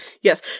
Yes